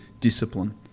discipline